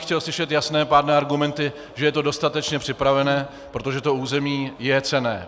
Chtěl bych slyšet jasné, pádné argumenty, že je to dostatečně připravené, protože to území je cenné.